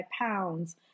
pounds